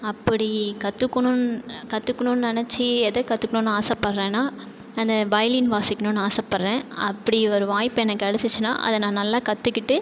அப்படி கத்துக்கணும் கத்துக்கணும்னு நெனச்சி எதை கத்துக்கணுன்னு ஆசைப்படுறேன்னா அந்த வயலின் வாசிக்கணும்னு ஆசைப் படுறேன் அப்படி ஒரு வாய்ப்பு எனக்கு கிடச்சுச்சுன்னா அதை நான் நல்லா கற்றுக்கிட்டு